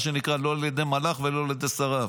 מה שנקרא לא על ידי מלאך ולא על ידי שרף,